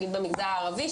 נניח במגזר הערבי,